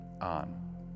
on